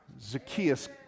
zacchaeus